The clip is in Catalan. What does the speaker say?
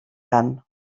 tant